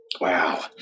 Wow